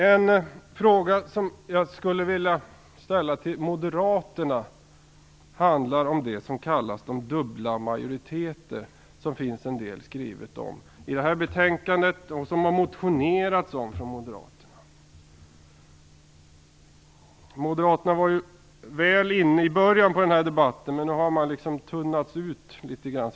En fråga som jag skulle vilja ställa till Moderaterna handlar om det som kallas dubbla majoriteter, som det finns en del skrivet om i detta betänkande och som Moderaterna har motionerat om. Det var ju många moderater här inne i början på debatten, men nu har de tunnats ut litet grand.